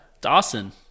Dawson